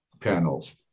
panels